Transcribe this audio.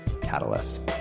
Catalyst